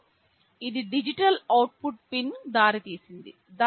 మరియు ఇది digital output పిన్కు దారితీసింది